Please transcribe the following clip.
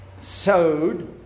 sowed